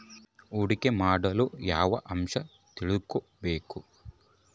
ಹೂಡಿಕೆ ಮಾಡಲು ಯಾವ ಅಂಶಗಳ ಬಗ್ಗೆ ತಿಳ್ಕೊಬೇಕು?